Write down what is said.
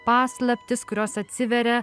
paslaptis kurios atsiveria